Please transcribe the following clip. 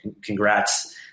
congrats